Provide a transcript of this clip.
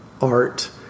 art